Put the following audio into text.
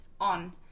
on